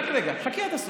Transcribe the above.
רק רגע, חכי עד הסוף.